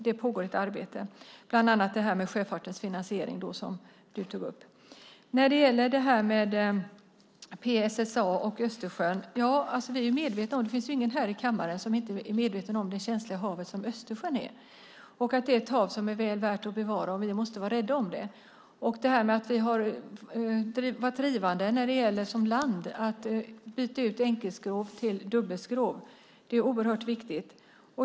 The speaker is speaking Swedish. Det pågår ett arbete, bland annat med sjöfartens finansiering som du tog upp. När det gäller PSSA och Östersjön är vi medvetna om det. Det finns ingen här i kammaren som inte är medveten om det känsliga hav som Östersjön är, att det är ett hav som är väl värt att bevara och att vi måste vara rädda om det. Vi har varit drivande som land att byta ut enkelskrov mot dubbelskrov. Det är oerhört viktigt.